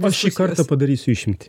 nors šį kartą padarysiu išimtį